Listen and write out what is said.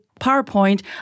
PowerPoint